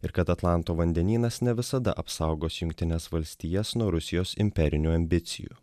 ir kad atlanto vandenynas ne visada apsaugos jungtines valstijas nuo rusijos imperinių ambicijų